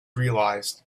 realized